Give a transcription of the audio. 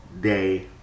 day